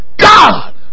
God